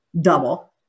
double